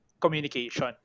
communication